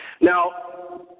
Now